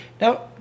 Now